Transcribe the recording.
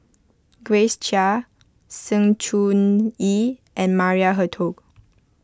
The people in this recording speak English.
Grace Chia Sng Choon Yee and Maria Hertogh